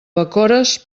bacores